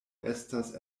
estas